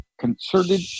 concerted